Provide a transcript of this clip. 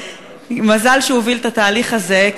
מזל שהוא הוביל את התהליך הזה,